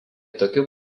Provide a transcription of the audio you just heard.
tokiu